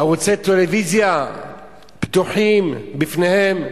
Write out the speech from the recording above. ערוצי טלוויזיה פתוחים בפניהם,